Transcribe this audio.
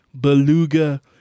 Beluga